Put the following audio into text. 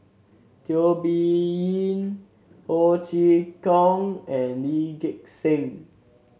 Teo Bee Yen Ho Chee Kong and Lee Gek Seng